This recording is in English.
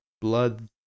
blood